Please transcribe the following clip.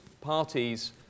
parties